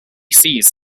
seas